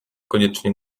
koniecznie